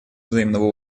взаимного